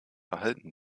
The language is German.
erhalten